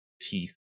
teeth